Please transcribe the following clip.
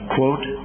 Quote